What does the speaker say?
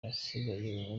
nasigaye